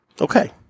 Okay